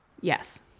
Yes